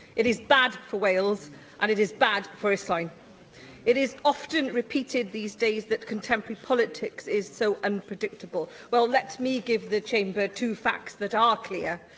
it is bad for wales and it is bad for islwyn. it is often repeated these days that contemporary politics is so unpredictable, well, let me give the chamber two facts that are clear.